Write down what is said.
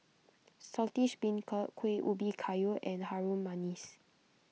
Saltish Beancurd Kueh Ubi Kayu and Harum Manis